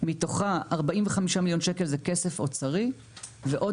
מתוכה 45 מיליון שקל זה כסף אוצרי ועוד